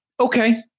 Okay